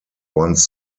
once